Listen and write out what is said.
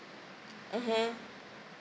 mmhmm